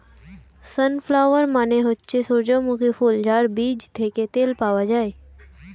sunflower মানে হচ্ছে সূর্যমুখী ফুল যার বীজ থেকে তেল পাওয়া যায়